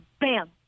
bam